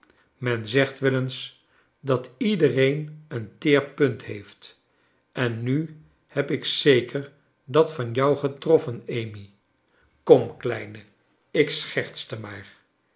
men zegt wel eens dat iedereen een teer punt heeft en nu heb ik zeker dat van jou getroffen amy lorn kleine ik schertste